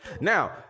Now